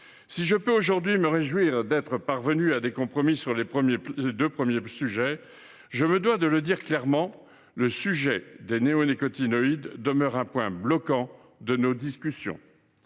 Si je me réjouis que nous soyons parvenus à des compromis sur les deux premiers sujets, je me dois de dire clairement que la question des néonicotinoïdes demeure un point bloquant de nos discussions.